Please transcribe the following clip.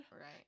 Right